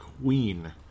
Queen